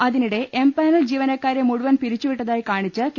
അതിനിടെ എംപാനൽ ജീവനക്കാരെ മുഴുവൻ പിരിച്ചുവിട്ട തായി കാണിച്ച് കെ